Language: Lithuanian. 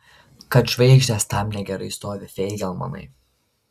kad žvaigždės tam negerai stovi feigelmanai